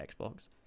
Xbox